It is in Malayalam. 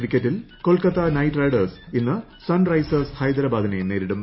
ക്രിക്കറ്റിൽ കൊൽക്കത്ത നൈറ്റ് റൈഡേഴ്സ് ഇന്ന് സൺറൈസേഴ്സ് ഹൈദരാബാദിനെ നേരിടും